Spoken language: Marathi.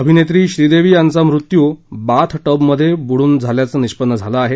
अभिनेत्री श्रीदेवी यांचा मृत्यू बाथटबमध्ये बुडून झाल्याचं निष्पन्न झालं आहे